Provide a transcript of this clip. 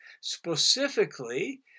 specifically